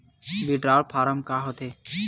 Withdrawal form का होथे?